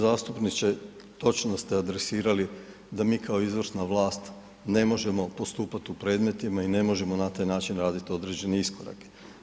Uvaženi zastupniče točno ste adresirali da mi kao izvršna vlast ne možemo postupati u predmetima i ne možemo na taj način radit određeni iskorak.